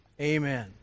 Amen